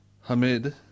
Hamid